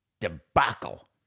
debacle